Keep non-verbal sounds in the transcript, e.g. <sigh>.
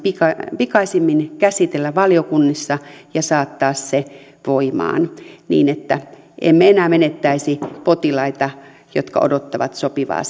pikaisimmin pikaisimmin käsitellä valiokunnissa ja saattaa se voimaan niin että emme enää menettäisi potilaita jotka odottavat sopivaa <unintelligible>